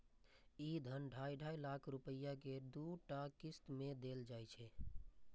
ई धन ढाइ ढाइ लाख रुपैया के दूटा किस्त मे देल जाइ छै